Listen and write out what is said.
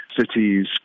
cities